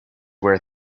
where